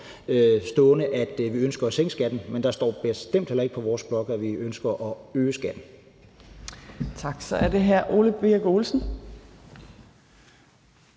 stående, at vi ønsker at sænke skatten. Men der står bestemt heller ikke på vores blok, at vi ønsker at øge skatten. Kl. 11:09 Fjerde næstformand